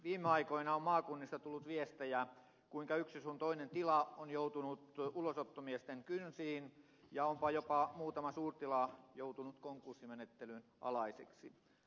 viime aikoina on maakunnista tullut viestejä kuinka yksi sun toinen tila on joutunut ulosottomiesten kynsiin onpa jopa muutama suurtila joutunut konkurssimenettelyn alaiseksi